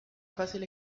fácil